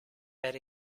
per